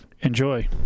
Enjoy